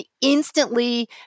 instantly